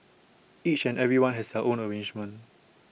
each and everyone has their own arrangement